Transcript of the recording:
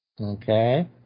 Okay